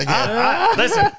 Listen